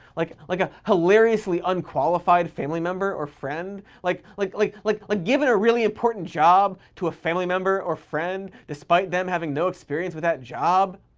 like like a hilariously unqualified family member or friend? like like like like like given a really important job to a family member or friend despite them having no experience with that job?